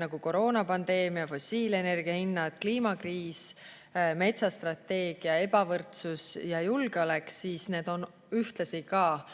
nagu koroonapandeemia, fossiilenergia hinnad, kliimakriis, metsastrateegia, ebavõrdsus ja julgeolek, siis need on ühtlasi ka olulise